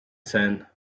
sein